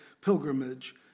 pilgrimage